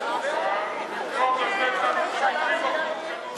להביע אי-אמון בממשלה לא נתקבלה.